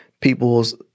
people's